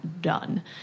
done